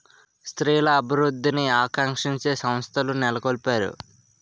స్త్రీల అభివృద్ధిని ఆకాంక్షించే సంస్థలు నెలకొల్పారు